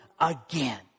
again